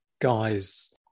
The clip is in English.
guys